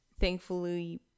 Thankfully